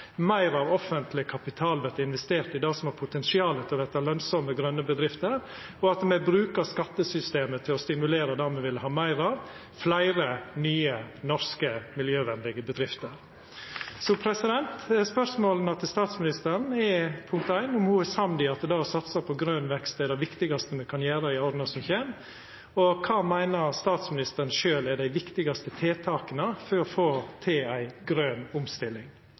meir av offentleg kapital vert investert i det som har potensial til å verta lønsame grøne bedrifter, og at me brukar skattesystemet til å stimulera det me vil ha meir av: fleire nye norske miljøvenlege bedrifter. Så spørsmåla til statsministeren er, punkt 1, om ho er samd i at det å satsa på grøn vekst er det viktigaste me kan gjera i åra som kjem, og punkt 2, kva statsministeren sjølv meiner er dei viktigaste tiltaka for å få til ei grøn omstilling.